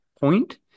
point